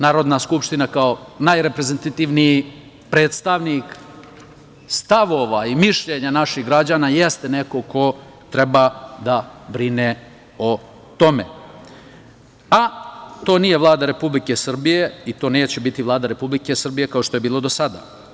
Narodna skupština kao najreprezentativniji predstavnik stavova i mišljenja naših građana jeste neko ko treba da brine o tome, a to nije Vlada Republike Srbije i to neće biti Vlada Republike Srbije, kao što je bilo do sada.